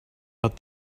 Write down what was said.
but